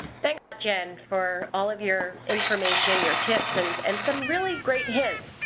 thanks again for all of your information your tips and and some really great hints.